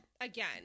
Again